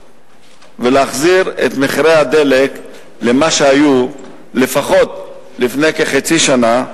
ולהחזיר את מחירי הדלק למה שהיו לפחות לפני כחצי שנה,